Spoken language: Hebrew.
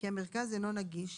כי המרכז אינו נגיש,